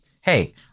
hey